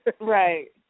Right